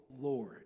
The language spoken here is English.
Lord